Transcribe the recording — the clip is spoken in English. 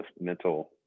mental